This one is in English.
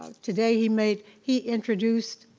today he made, he introduced,